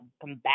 combat